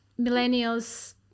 millennials